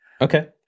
Okay